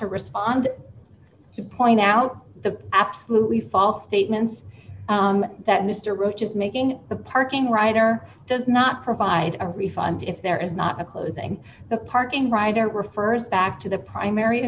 to respond to point out the absolutely false statements that mr roach is making the parking rider does not provide a refund if there is not a closing the parking rider refers back to the primary